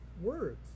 words